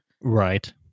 Right